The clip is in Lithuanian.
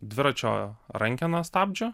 dviračio rankeną stabdžių